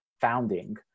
founding